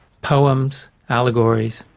poems, allegories.